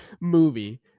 movie